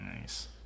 nice